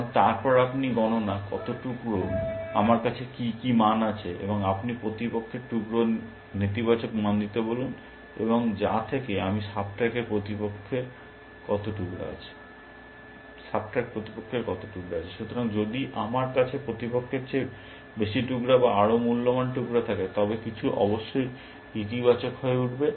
এবং তারপর আপনি গণনা কত টুকরা আমার আছে কি কি মান আছে এবং আপনি প্রতিপক্ষের টুকরা নেতিবাচক মান দিতে বলুন এবং যে থেকে আমি সাব ট্র্যাক প্রতিপক্ষের কত টুকরা আছে সুতরাং যদি আমার কাছে প্রতিপক্ষের চেয়ে বেশি টুকরা বা আরও মূল্যবান টুকরা থাকে তবে কিছু অবশ্যই ইতিবাচক হয়ে উঠবে